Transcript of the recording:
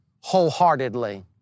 wholeheartedly